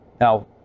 Now